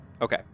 Okay